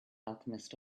alchemist